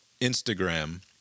Instagram